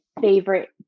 favorite